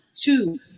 two